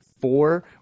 four